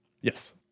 Yes